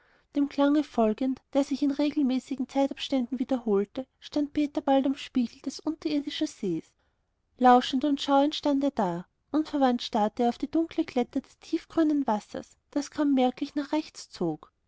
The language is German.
dem klange folgend der sich in regelmäßigen zeitabständen wiederholte stand peter bald am spiegel des unterirdischen sees lauschend und schauend stand er da unverwandt starrte er auf die dunkle glätte des tiefgrünen wassers das kaum merklich nach rechts zog